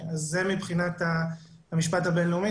אז זה מבחינת המשפט הבינלאומי.